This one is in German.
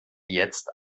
jetzt